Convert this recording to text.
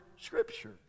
Scripture